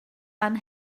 fan